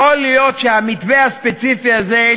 יכול להיות שהמתווה הספציפי הזה,